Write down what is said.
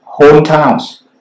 hometowns